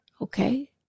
okay